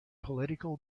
political